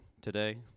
today